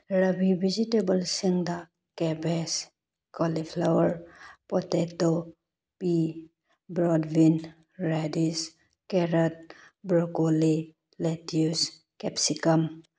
rabi vegetable ꯁꯤꯡꯗ cabbage cauliflower potato pea broad bean radish cabbage carrot broccoli lettuce capsicum